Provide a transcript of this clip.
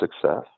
success